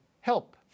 Help